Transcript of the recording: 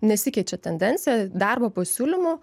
nesikeičia tendencija darbo pasiūlymų